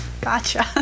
Gotcha